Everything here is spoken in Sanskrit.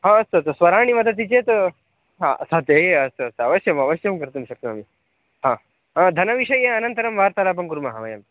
हा अस्तु अस्तु स्वराणि वदति चेत् हा सत्यं हे अस्तु अस्तु अवश्यम् अवश्यं कर्तुं शक्नोमि हा धनविषये अनन्तरं वार्तालापं कुर्मः वयम्